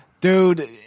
dude